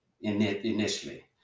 initially